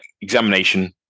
examination